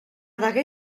degué